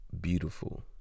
beautiful